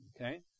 Okay